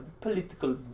political